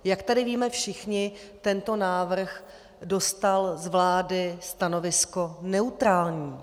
Jak tady víme všichni, tento návrh dostal z vlády stanovisko neutrální.